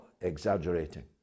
exaggerating